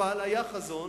אבל היה חזון